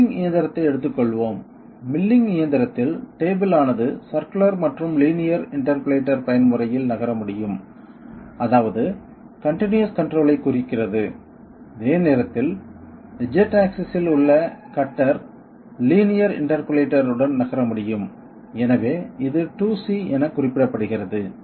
ஒரு மில்லிங் இயந்திரத்தை எடுத்துக் கொள்வோம் மில்லிங் இயந்திரத்தில் டேபிள் ஆனது சர்குலர் மற்றும் லீனியர் இண்டர்போலேட்டர் பயன்முறையில் நகர முடியும் அதாவது கன்டினியஸ் கன்ட்ரோல் ஐக் குறிக்கிறது அதே நேரத்தில் Z ஆக்சிஸ் இல் உள்ள கட்டர் லீனியர் இண்டர்போலேட்டர் உடன் நகர முடியும் எனவே இது 2C என குறிப்பிடப்படுகிறது